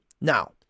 Now